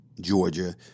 Georgia